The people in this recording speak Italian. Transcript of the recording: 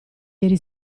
ieri